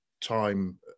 time